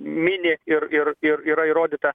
mini ir ir ir yra įrodyta